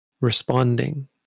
responding